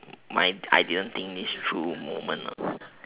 my I didn't think this through moment ah